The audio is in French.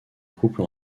couple